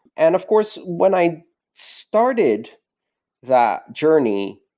and of course, when i started that journey,